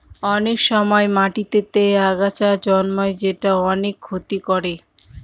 অনেক সময় মাটিতেতে আগাছা জন্মায় যেটা অনেক ক্ষতি করে